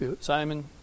Simon